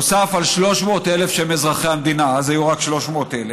נוסף על 300,000 שהם אזרחי המדינה" אז היו רק 300,000,